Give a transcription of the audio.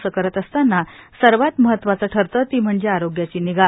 असे करत असताना सर्वात महत्वाचे ठरते ती म्हणजे आरोग्याची निगा